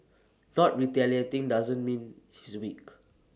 not retaliating doesn't mean he's weak